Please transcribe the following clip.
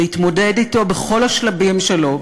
להתמודד אתו בכל השלבים שלו,